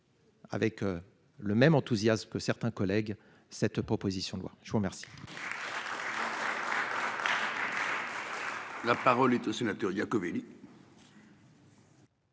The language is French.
Avec le même enthousiasme que certains collègues. Cette proposition de loi, je vous remercie.